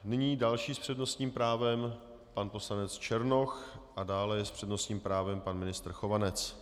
Nyní další s přednostním právem pan poslanec Černoch, a dále s přednostním právem pan ministr Chovanec.